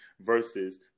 versus